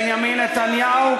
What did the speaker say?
בנימין נתניהו,